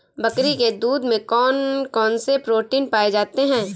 बकरी के दूध में कौन कौनसे प्रोटीन पाए जाते हैं?